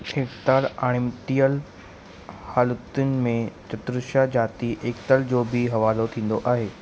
एकताल अणिमटियल हालतुनि में चतुश्रा जाति एकताल जो बि हवालो थींदो आहे